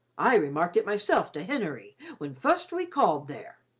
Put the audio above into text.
i remarked it myself to henery when fust we called there.